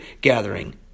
gathering